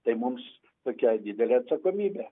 tai mums tokia didelė atsakomybė